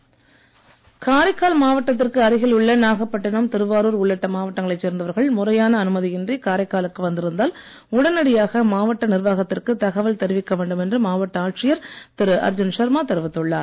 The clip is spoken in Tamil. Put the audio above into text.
காரைக்கால் காரைக்கால் மாவட்டத்திற்கு அருகில் உள்ள நாகப்பட்டிணம் திருவாருர் உள்ளிட்ட மாவட்டங்களைச் சேர்ந்தவர்கள் முறையான அனுமதியின்றி காரைக்காலுக்கு வந்திருந்தால் உடனடியாக மாவட்ட நிர்வாகத்திற்கு தகவல் தெரிவிக்க வேண்டுமென்று மாவட்ட ஆட்சியர் திரு அர்ஜுன் சர்மா தெரிவித்துள்ளார்